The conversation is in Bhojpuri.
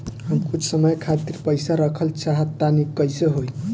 हम कुछ समय खातिर पईसा रखल चाह तानि कइसे होई?